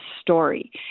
story